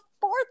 fourth